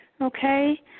Okay